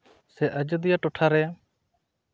ᱥᱮ ᱟᱡᱳᱫᱤᱭᱟᱹ ᱴᱚᱴᱷᱟᱨᱮ